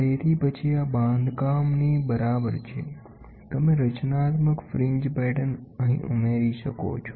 તેથી પછી આ બાંધકામની બરાબર છે તમે રચનાત્મક ફ્રિન્જ પેટર્ન ઉમેરી શકો છો